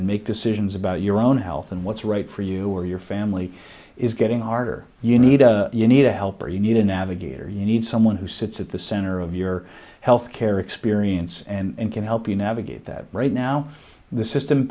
and make decisions about your own health and what's right for you or your family is getting arder you need a you need a helper you need a navigator you need someone who sits at the center of your health care experience and can help you navigate that right now the system